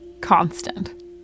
constant